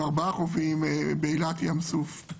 ו-4 חופים באילת, ים סוף.